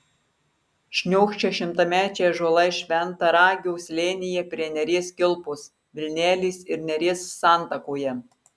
šniokščia šimtamečiai ąžuolai šventaragio slėnyje prie neries kilpos vilnelės ir neries santakoje